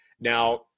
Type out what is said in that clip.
Now